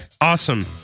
Awesome